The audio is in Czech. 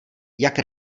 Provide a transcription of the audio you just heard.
jak